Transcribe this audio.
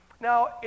Now